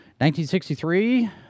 1963